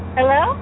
Hello